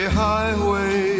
highway